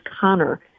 Connor